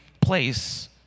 place